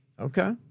Okay